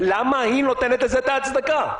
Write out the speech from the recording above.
למה היא נותנת להם את ההצדקה?